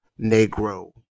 Negro